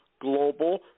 Global